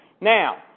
Now